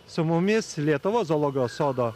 su mumis lietuvos zoologijos sodo